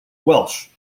welsh